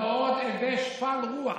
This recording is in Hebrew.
"מאוד הווה שפל רוח".